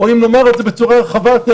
או אם נאמר את זה בצורה רחבה יותר,